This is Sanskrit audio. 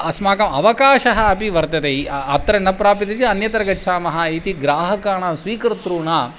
अस्माकम् अवकाशः अपि वर्तते अत्र न प्राप्यते चेत् अन्यत्र गच्छामः इति ग्राहकाणां स्वीकतॄणाम्